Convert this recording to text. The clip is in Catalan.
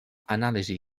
anàlisi